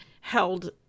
held